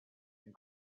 and